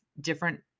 different